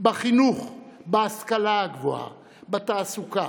בחינוך, בהשכלה הגבוהה, בתעסוקה,